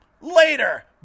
Later